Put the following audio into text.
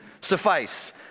suffice